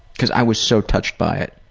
because i was so touched by it.